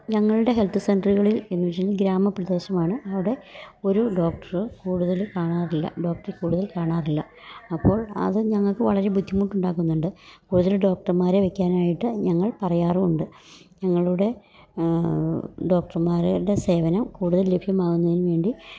ഞങ്ങളുടെ ഹെൽത്ത് സെൻ്ററുകളിൽ എന്നു വെച്ചു കഴിഞ്ഞാൽ ഗ്രാമപ്രദേശമാണ് അവിടെ ഒരു ഡോക്ടർ കൂടുതൽ കാണാറില്ല ഡോക്ടർ കൂടുതൽ കാണാറില്ല അപ്പോൾ അതു ഞങ്ങൾക്ക് വളരെ ബുദ്ധിമുട്ടുണ്ടാക്കുന്നുണ്ട് കൂടുതൽ ഡോക്ടർമാരെ വെക്കാനായിട്ട് ഞങ്ങൾ പറയാറുമുണ്ട് ഞങ്ങളുടെ ഡോക്ടർമാരുടെ സേവനം കൂടുതൽ ലഭ്യമാകുന്നതിനു വേണ്ടി